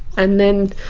and then